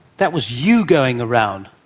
that was you going around,